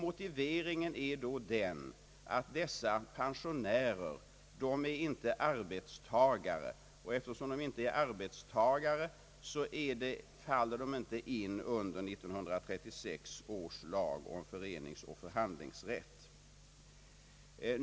Motiveringen är då, att dessa pensionärer inte är arbetstagare, och eftersom de inte är arbetstagare faller de inte in under 1936 års lag om föreningsoch förhandlingsrätt.